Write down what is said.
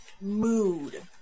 mood